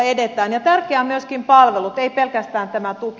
tärkeitä ovat myöskin palvelut ei pelkästään tämä tuki